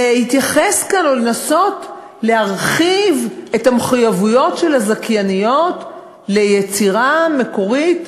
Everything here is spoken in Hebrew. להתייחס כאן או לנסות להרחיב את המחויבויות של הזכייניות ליצירה מקורית?